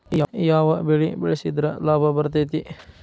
ಯಾವ ಬೆಳಿ ಬೆಳ್ಸಿದ್ರ ಲಾಭ ಬರತೇತಿ?